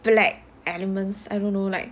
black elements I don't know like